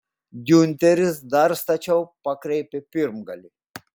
giunteris dar stačiau pakreipė pirmgalį